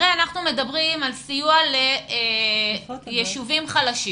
הרי אנחנו מדברים על סיוע ליישובים חלשים.